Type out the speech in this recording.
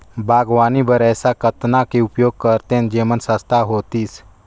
बागवानी बर ऐसा कतना के उपयोग करतेन जेमन सस्ता होतीस?